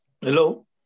hello